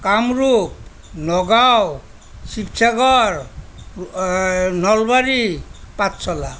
Kamrup Nagaon Sivasagar Nalbari Pathsala